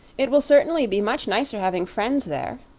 it will certainly be much nicer having friends there,